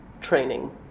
training